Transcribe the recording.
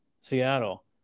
Seattle